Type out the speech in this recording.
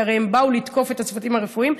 כי הרי הם באו לתקוף את הצוותים הרפואיים.